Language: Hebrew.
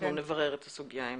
נברר את הסוגיה עם